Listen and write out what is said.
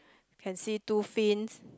can see two fins